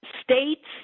States